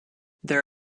there